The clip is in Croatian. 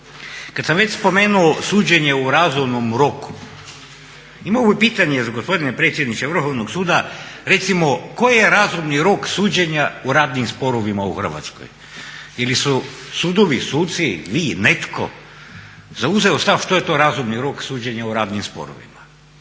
Kad sam već spomenuo suđenje u razumnom roku, imao bih pitanje gospodine predsjedniče Vrhovnog suda, recimo koji je razumni rok suđenja u radnim sporovima u Hrvatskoj ili su sudovi, suci, vi, netko zauzeo stav što je to razumni rok suđenja u radnim sporovima.